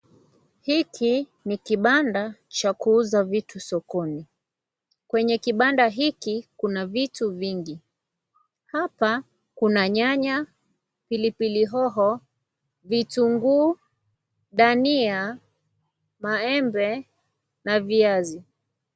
Hiki ni kibanda cha kuuza vitu sokoni kwenye kibanda hiki kuna vitu vingi. Hapa kuna nyanya, pilpili hoho, vitunguu, dhania, maembe na viazi.